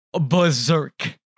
berserk